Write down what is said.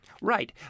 Right